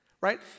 Right